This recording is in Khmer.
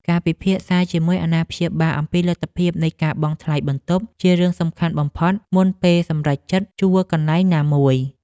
ការពិភាក្សាជាមួយអាណាព្យាបាលអំពីលទ្ធភាពនៃការបង់ថ្លៃបន្ទប់ជារឿងសំខាន់បំផុតមុនពេលសម្រេចចិត្តជួលកន្លែងណាមួយ។